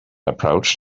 approached